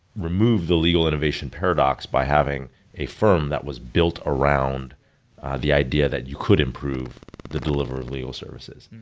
remove the legal innovation paradox by having a firm that was built around the idea that you could improve the deliver of legal services.